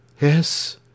Yes